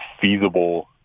feasible